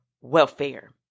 welfare